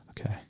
okay